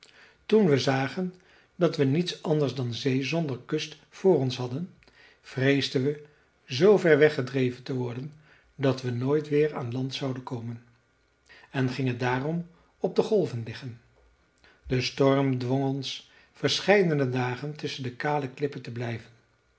toen we zagen dat we niets anders dan zee zonder kust voor ons hadden vreesden we zoo ver weggedreven te worden dat we nooit weer aan land zouden komen en gingen daarom op de golven liggen de storm dwong ons verscheidene dagen tusschen de kale klippen te blijven